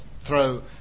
throw